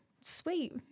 sweet